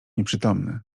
nieprzytomny